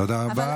תודה רבה.